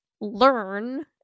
learn